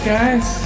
guys